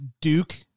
Duke